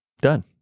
done